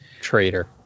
Traitor